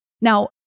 Now